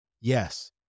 Yes